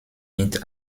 mit